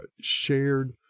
shared